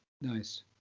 Nice